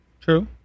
True